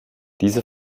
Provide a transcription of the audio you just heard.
diese